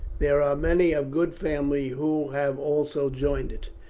there are many of good family who have also joined it.